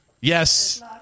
Yes